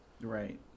Right